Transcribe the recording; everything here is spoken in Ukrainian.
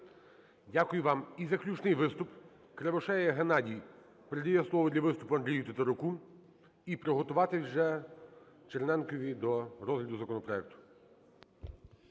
Дякую вам. І заключний виступ. Кривошея Геннадій передає слово для виступу Андрію Тетеруку. І приготуватись вже Черненкові до розгляду законопроекту.